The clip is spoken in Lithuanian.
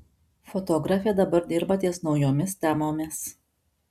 fotografė dabar dirba ties naujomis temomis